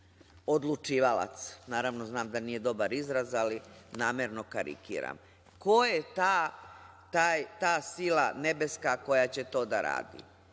odlučivalac? Naravno, znam da nije dobar izraz, ali namerno karikiram. Ko je ta sila nebeska koja će to da radi,